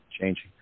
changing